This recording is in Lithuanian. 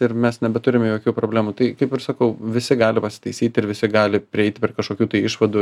ir mes nebeturime jokių problemų tai kaip ir sakau visi gali pasitaisyt ir visi gali prieit prie kažkokių tai išvadų